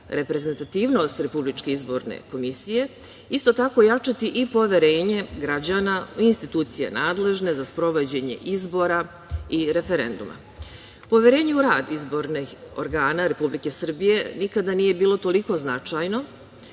reprezentativnost RIK, isto tako jačati i poverenje građana i institucije nadležne za sprovođenje izbora i referenduma. Poverenje u rad izbornih organa Republike Srbije, nikada nije bilo toliko značajno,